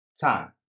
time